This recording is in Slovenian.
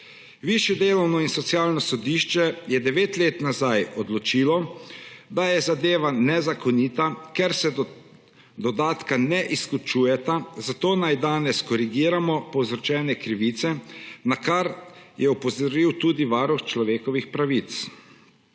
Višje delovno in socialno sodišče je devet let nazaj odločilo, da je zadeva nezakonita, ker se dodatka ne izključujeta, zato naj danes korigiramo povzročene krivice, na kar je opozoril tudi Varuh človekovih